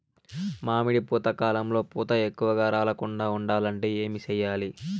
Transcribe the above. మామిడి పూత కాలంలో పూత ఎక్కువగా రాలకుండా ఉండాలంటే ఏమి చెయ్యాలి?